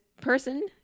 person